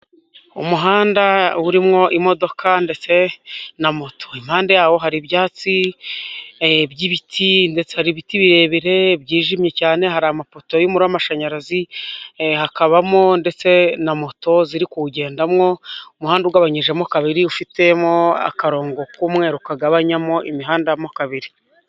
Umuhanda urimo imodoka ndetse na moto, impande yawo hari ibyatsi by'ibiti, ndetse hari ibiti birebire byijimye cyane, hari amapoto y'umuriro w'amashanyarazi, hakabamo ndetse na moto ziri kuwugendamo umuhanda ugabanyijemo kabiri, ufitemo akarongo k'umweru kagabanyamo imihanda mo kabiri.